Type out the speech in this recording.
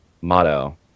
motto